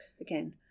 again